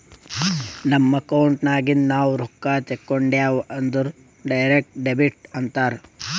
ನಮ್ ಅಕೌಂಟ್ ನಾಗಿಂದ್ ನಾವು ರೊಕ್ಕಾ ತೇಕೊಂಡ್ಯಾವ್ ಅಂದುರ್ ಡೈರೆಕ್ಟ್ ಡೆಬಿಟ್ ಅಂತಾರ್